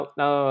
now